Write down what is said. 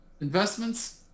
investments